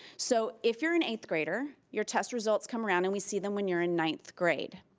so if your an eighth grader your test results come around and we see them when you're in ninth grade.